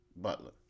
Butler